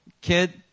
kid